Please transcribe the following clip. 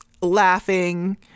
laughing